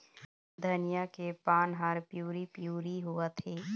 धनिया के पान हर पिवरी पीवरी होवथे?